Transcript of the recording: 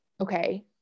Okay